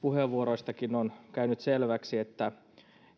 puheenvuoroistakin on käynyt selväksi että